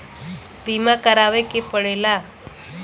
बीमा करावे के पड़ेला